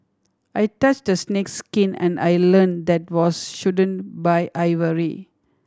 I touched a snake's skin and I learned that was shouldn't buy ivory